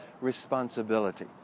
responsibility